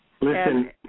Listen